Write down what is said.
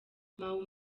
mau